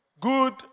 Good